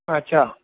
अच्छा